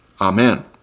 Amen